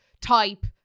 type